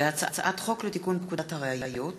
הצעת חוק לתיקון פקודת הראיות (מס'